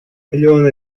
миллионы